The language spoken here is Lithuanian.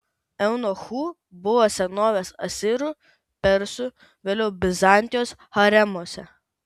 eunuchų buvo senovės asirų persų vėliau bizantijos haremuose